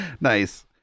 Nice